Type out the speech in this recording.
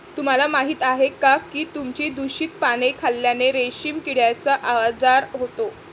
तुम्हाला माहीत आहे का की तुतीची दूषित पाने खाल्ल्याने रेशीम किड्याचा आजार होतो